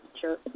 Sure